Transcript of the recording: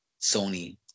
Sony